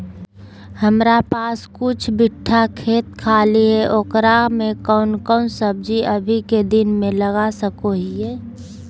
हमारा पास कुछ बिठा खेत खाली है ओकरा में कौन कौन सब्जी अभी के दिन में लगा सको हियय?